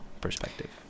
perspective